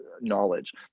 knowledge